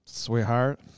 Sweetheart